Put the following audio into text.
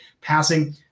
passing